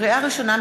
לקריאה ראשונה,